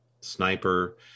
sniper